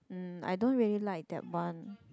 !mm! I don't really like that one